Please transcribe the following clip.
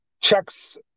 checks